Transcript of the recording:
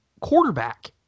quarterback